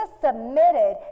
submitted